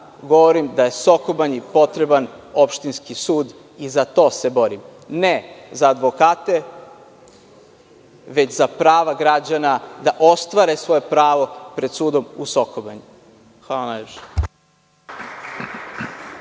govorim da je Soko Banji potreban opštinski sud i za to se borim, ne za advokate, već za prava građana da ostvare svoje pravo pred sudom u Soko Banji. Hvala najlepše.